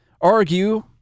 argue